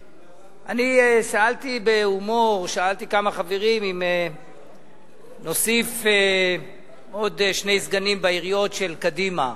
שאלתי בהומור כמה חברים: אם נוסיף עוד שני סגנים בעיריות של קדימה,